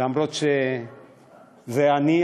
אף שזה אני,